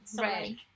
Right